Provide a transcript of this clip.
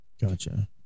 Gotcha